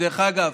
דרך אגב,